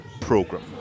program